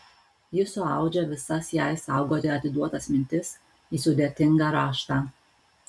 ji suaudžia visas jai saugoti atiduotas mintis į sudėtingą raštą